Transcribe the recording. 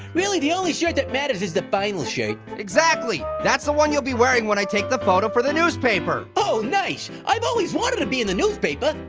really, the only shirt that matters is the final shirt. exactly. that's the one you'll be wearing when i take the photo for the newspaper. oh, nice! i've always wanted to be in the newspaper.